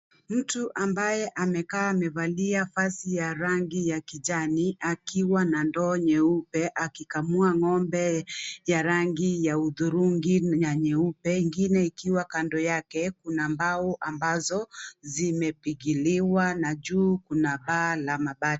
Mtu ambaye amekaa amevalia vazi ya rangi ya kijani akiwa na ndoo nyeupe akikamua ngombe ya rangi ya udhurungi na nyeupe ingine ikiwa kando yake. Kuna mbao ambazo zimepigiliwa na juu kuna paa la mabati.